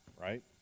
Right